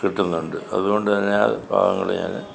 കിട്ടുന്നുണ്ട് അതുകൊണ്ട് തന്നെ ആ ഭാഗങ്ങള് ഞാന്